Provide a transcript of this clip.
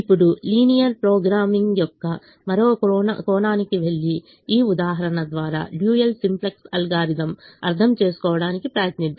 ఇప్పుడు linear programming యొక్క మరో కోణానికి వెళ్లి ఈ ఉదాహరణ ద్వారా డ్యూయల్ సింప్లెక్స్ అల్గోరిథం అర్థం చేసుకోవడానికి ప్రయత్నిద్దాం